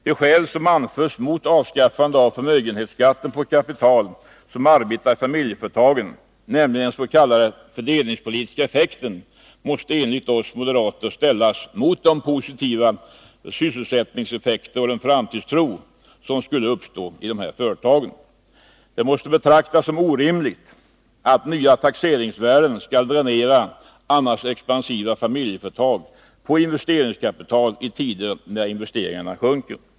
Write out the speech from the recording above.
Det skäl som anförs mot att avskaffa förmögenhetsskatten på kapital som arbetar i familjeföretagen, nämligen den s.k. fördelningspolitiska effekten, måste enligt oss moderater ställas mot de positiva sysselsättningseffekter och den framtidstro som skulle uppstå i dessa företag. Det måste betraktas som orimligt att nya taxeringsvärden skall dränera annars expansiva familjeföretag på investeringskapital i tider när investeringarna sjunker.